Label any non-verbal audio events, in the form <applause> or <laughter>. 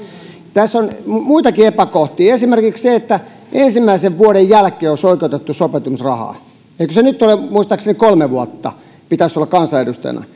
tässä on muitakin epäkohtia esimerkiksi se että ensimmäisen vuoden jälkeen olisi oikeutettu sopeutumisrahaan eikö se nyt ole niin että muistaakseni kolme vuotta pitäisi olla kansanedustajana <unintelligible>